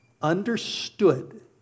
Understood